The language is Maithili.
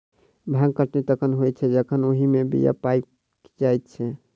भांग कटनी तखन होइत छै जखन ओहि मे बीया पाइक जाइत छै